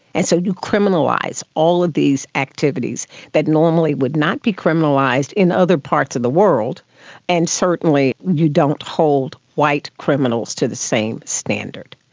and so you criminalise all of these activities that normally would not be criminalised in other parts of the world and certainly you don't hold white criminals to the same standard.